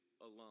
alone